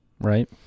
Right